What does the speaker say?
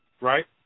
right